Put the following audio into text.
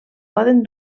poden